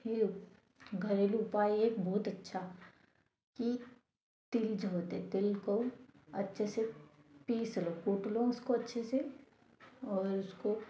ही घरेलू उपाय एक बहुत अच्छा की तिल जो होते है तिल को अच्छे से पीस लो कूट लो उसको अच्छे से और उसको